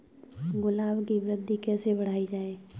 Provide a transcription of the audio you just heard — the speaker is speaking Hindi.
गुलाब की वृद्धि कैसे बढ़ाई जाए?